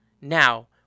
Now